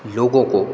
लोगों को